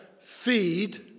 Feed